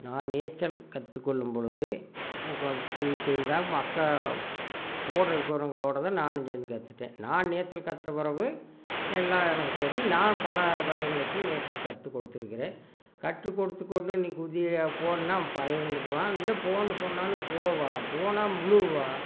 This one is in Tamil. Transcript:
நான் நீச்சல் கற்றுக்கொள்ளும் பொழுது எனக்கு வந்து சிறிது சிறிது தான் மக்க ஓடுறதுக்கு வரவங்களோடதான் நானும் சேர்ந்து கற்றுட்டேன் நான் நீச்சல் கற்ற பிறவு எல்லாம் எனக்கு தெரியும் நான் பல பையங்களுக்கு நீச்சல் கற்று கொடுத்துருக்கிறேன் கற்றுக்கொடுத்து கொண்டு நீ குதி போன்னா பயந்துக்குவான் இல்லை போன்னு சொன்னாலும் போவான் போனால் முழுவுவான்